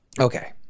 Okay